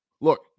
Look